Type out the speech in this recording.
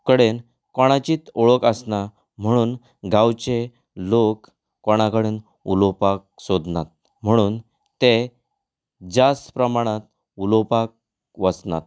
कडेन कोणाचीत वळख आसना म्हणून गांवचें लोक कोणा कडेन उलोवपाक सोदनात म्हणून तें ज्यास्त प्रमाणांत उलोवपाक वचनात